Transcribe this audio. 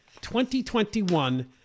2021